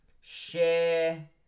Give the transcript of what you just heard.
Share